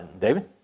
David